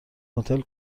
هتل